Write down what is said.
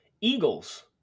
eagles